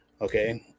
Okay